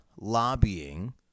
Lobbying